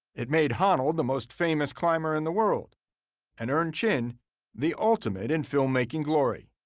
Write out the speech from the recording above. it made honnold the most famous climber in the world and earned chin the ultimate in filmmaking glory.